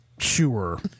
Sure